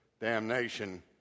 damnation